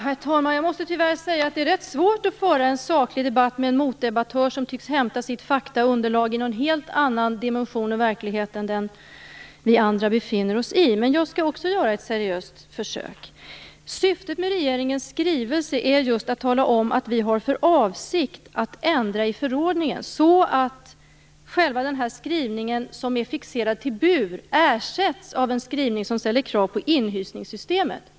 Herr talman! Jag måste tyvärr säga att det är rätt svårt att föra en saklig debatt med en motdebattör som tycks hämta sitt faktaunderlag i en helt annan dimension än den verklighet vi andra befinner oss i, men jag skall också göra ett seriöst försök. Syftet med regeringens skrivelse är just att tala om att vi har för avsikt att ändra i förordningen så att själva den här skrivningen, som är fixerad till bur, ersätts av en skrivning vari det ställs krav på inhysningssystemet.